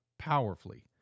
Powerfully